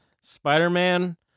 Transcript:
Spider-Man